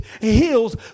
heals